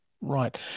Right